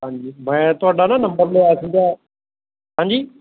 ਹਾਂਜੀ ਮੈਂ ਤੁਹਾਡਾ ਨਾ ਨੰਬਰ ਲਿਆ ਸੀਗਾ ਹਾਂਜੀ